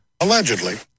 Allegedly